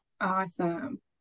Awesome